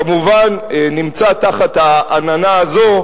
כמובן נמצא תחת העננה הזו,